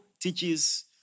teaches